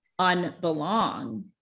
unbelong